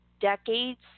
decades